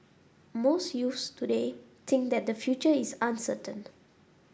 most youths today think that their future is uncertain